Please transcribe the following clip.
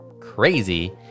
crazy